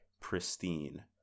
pristine